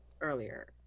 earlier